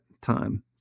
time